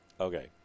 Okay